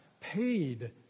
paid